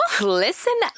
listen